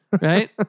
right